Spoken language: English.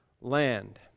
land